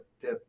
dip